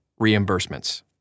reimbursements